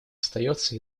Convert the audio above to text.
остается